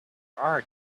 are